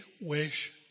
wish